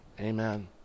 Amen